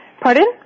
Pardon